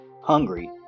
hungry